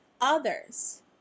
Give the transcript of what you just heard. others